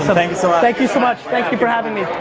so thank you so much. thank you so much, thank you for having me,